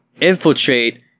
infiltrate